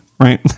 Right